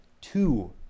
two